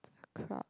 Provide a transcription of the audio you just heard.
the crowd